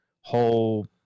whole